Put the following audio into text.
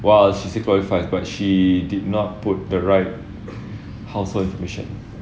!wah! she said two point five but she did not put the right household application